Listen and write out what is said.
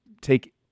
take